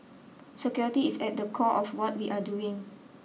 security is at the core of what we are doing